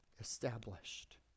established